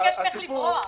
מי ביקש ממך לברוח?